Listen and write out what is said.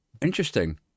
Interesting